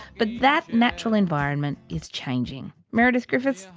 but that natural environment is changing. meredith griffiths,